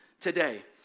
today